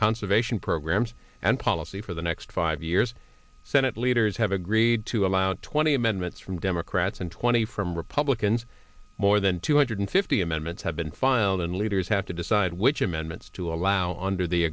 conservation programs and policy for the next five years senate leaders have agreed to allow twenty amendments from democrats and twenty from republicans more than two hundred fifty amendments have been filed and leaders have to decide which amendments to allow under the